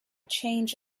change